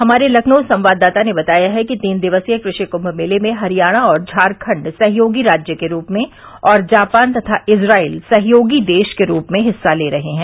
हमारे लखनऊ संवाददाता ने बताया है कि तीन दिक्सीय कृषि कृष मेले में हरियाणा और झारखंड सहयोगी राज्य के रूप में और जापान तथा इसाइल सहयोगी देश के रूप में हिस्सा ले रहे हैं